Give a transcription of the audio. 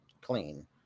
clean